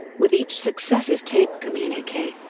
with each successive taped communique,